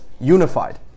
unified